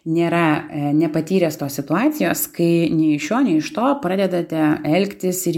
nėra nepatyręs tos situacijos kai nei iš šio nei iš to pradedate elgtis ir